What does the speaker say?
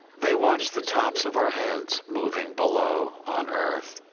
they watch the tops of our heads moving below on earth.